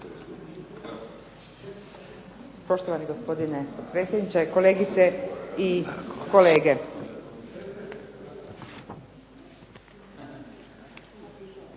Poštovani gospodine potpredsjedniče, kolegice i kolege.